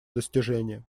достижением